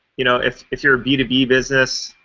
you know if if you're a b to b business,